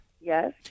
yes